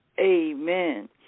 amen